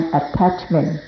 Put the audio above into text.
attachment